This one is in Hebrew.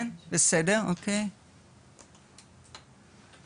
מצד מערב אנחנו רואים את השכונה החדשה שנסמכת על קטע 101 ולא על הקטע